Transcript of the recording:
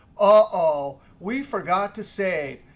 ah oh, we forgot to save.